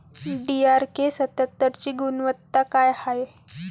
DRK सत्यात्तरची गुनवत्ता काय हाय?